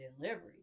delivery